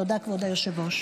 תודה, כבוד היושב-ראש.